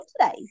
today